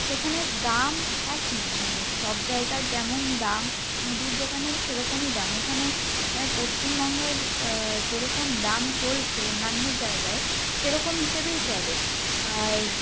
সেখানের দাম একই মানে সব জায়গার যেমন দাম মুদির দোকানের সেরকমই দাম এখানে পশ্চিমবঙ্গের যেরকম দাম চলছে অন্যান্য জায়গায় সেরকম হিসেবেই চলে আর